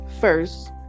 First